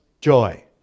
joy